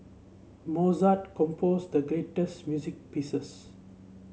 Mozart composed the great music pieces